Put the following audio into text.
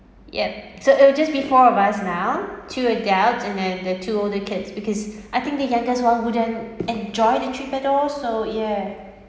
yeap so it'll just four of us now two adults and then the two older kids because I think the youngest one wouldn't enjoy the trip at all so yeah